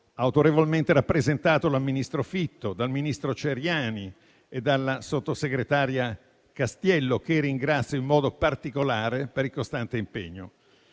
autorevolmente rappresentato dal ministro Fitto, dal ministro Ciriani e dalla sottosegretaria Castiello, che ringrazio in modo particolare per il costante impegno.